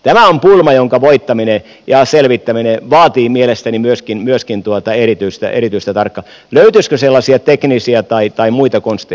tämä on pulma jonka voittaminen ja selvittäminen vaatii mielestäni myöskin erityistä tarkastelua löytyisikö sellaisia teknisiä tai muita konsteja